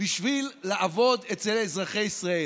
בשביל לעבוד אצל אזרחי ישראל.